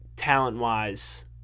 talent-wise